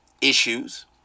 issues